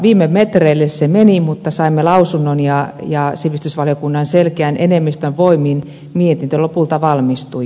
viime metreille se meni mutta saimme lausunnon ja sivistysvaliokunnan selkeän enemmistön voimin mietintö lopulta valmistui